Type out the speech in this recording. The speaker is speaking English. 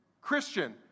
Christian